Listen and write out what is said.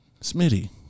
Smitty